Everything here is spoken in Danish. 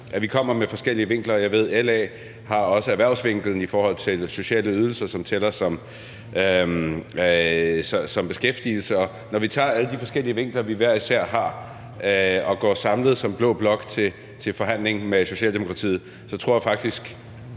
vi kommer med forskellige vinkler. Jeg ved, at LA også har erhvervsvinklen i forhold til sociale ydelser, som tæller som beskæftigelse. Og når vi tager alle de forskellige vinkler, vi hver især har, og går samlet som blå blok til forhandling med Socialdemokratiet, så tror jeg faktisk,